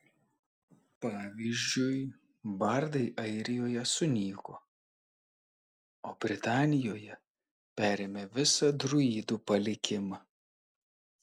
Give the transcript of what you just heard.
pavyzdžiui bardai airijoje sunyko o britanijoje perėmė visą druidų palikimą